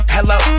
Hello